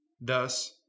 Thus